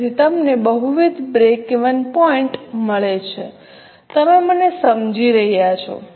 તેથી તમને બહુવિધ બ્રેકવેન પોઇન્ટ મળે છે તમે મને સમજી રહ્યા છો